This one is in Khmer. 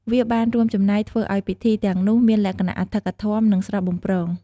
វាបានរួមចំណែកធ្វើឲ្យពិធីទាំងនោះមានលក្ខណៈអធិកអធម និងស្រស់បំព្រង។